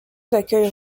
d’accueil